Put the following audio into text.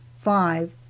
five